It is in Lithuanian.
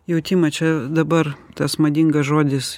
jautimą čia dabar tas madingas žodis